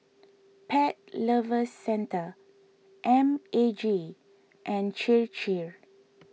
Pet Lovers Centre M A G and Chir Chir